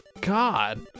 God